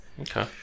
Okay